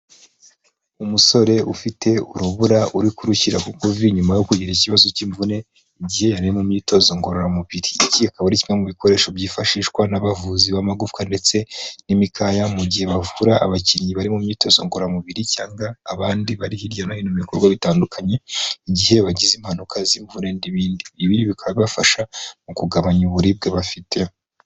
Umusore ufite urubura uri kurushyira ku kuvi, nyuma yo kugira ikibazo cy'imvune igihe yari ari mu myitozo ngororamubiri. Iki akaba ari kimwe mu bikoresho byifashishwa n'abavuzi b'amagufwa ndetse n'imikaya, mu gihe bavura abakinnyi bari mu myitozo ngororamubiri cyangwa abandi bari hirya no hino mu bikorwa bitandukanye, igihe bagize impanuka z'imvune n'bindi. Ibi bikaba bibafasha mu kugabanya uburibwe bafite.